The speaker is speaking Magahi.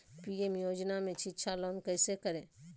पी.एम योजना में शिक्षा लोन कैसे करें?